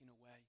away